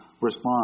respond